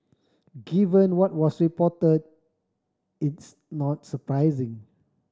given what was reported it's not surprising